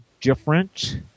different